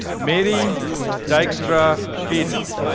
mary dykstra feten.